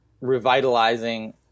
revitalizing